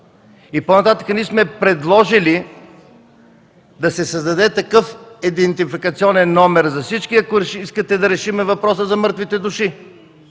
По-нататък ние сме предложили да се създаде такъв идентификационен номер за всички, ако искате да решим въпроса с мъртвите души